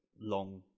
long